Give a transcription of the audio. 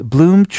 Bloom